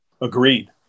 Agreed